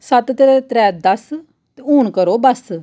सत्त ते त्रै दस्स हून करो बस्स